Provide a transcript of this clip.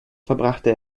verbrachte